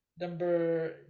Number